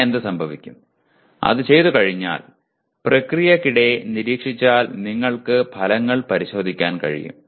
പിന്നെ എന്ത് സംഭവിക്കും അത് ചെയ്തുകഴിഞ്ഞാൽ പ്രക്രിയയ്ക്കിടെ നിരീക്ഷിച്ചാൽ നിങ്ങൾക്ക് ഫലങ്ങൾ പരിശോധിക്കാൻ കഴിയും